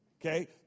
Okay